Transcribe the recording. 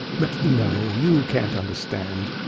but no you, can't understand.